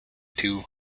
two